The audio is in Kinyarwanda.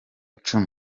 cumi